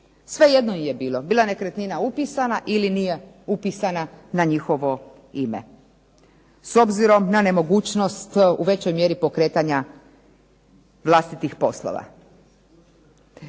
Svejedno im je bilo. Bila nekretnina upisana ili nije upisana na njihovo ime. S obzirom na nemogućnost u većoj mjeri pokretanja vlastitih poslova.